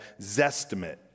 Zestimate